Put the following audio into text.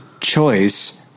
choice